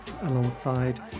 alongside